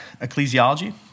ecclesiology